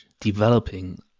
developing